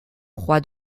roi